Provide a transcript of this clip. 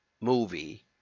movie